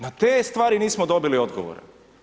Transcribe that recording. Na te stvari nismo dobili odgovore.